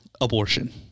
abortion